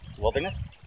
Wilderness